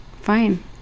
fine